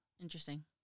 Interesting